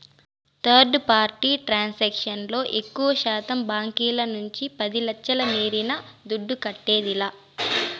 third party transaction లో ఎక్కువశాతం బాంకీల నుంచి పది లచ్ఛల మీరిన దుడ్డు కట్టేదిలా